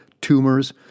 tumors